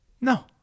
No